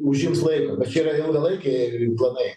užims laiko bet čia yra ilgalaikiai planai